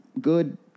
good